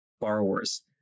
borrowers